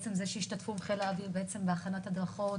עצם זה שבחיל האוויר השתתפו בהכנת הדרכות